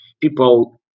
people